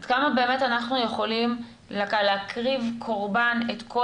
עד כמה באמת אנחנו יכולים להקריב קורבן את כל